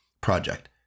project